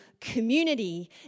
community